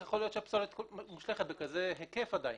איך יכול להיות שהפסולת מושלכת בכזה היקף עדיין?